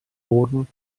boden